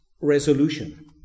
resolution